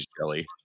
jelly